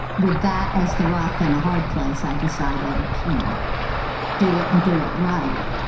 with that as the rock and a hard place, i decided, you know do it and do it right.